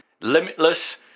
Limitless